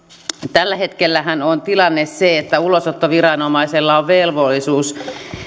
tällä hetkellähän on tilanne se että ulosottoviranomaisella on velvollisuus